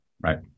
Right